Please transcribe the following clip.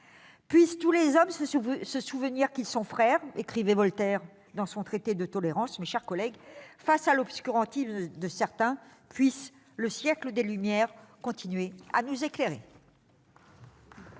Puissent tous les hommes se souvenir qu'ils sont frères !» écrivait Voltaire dans son. Mes chers collègues, face à l'obscurantisme de certains, puisse le siècle des Lumières continuer à nous éclairer